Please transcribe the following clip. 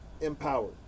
empowered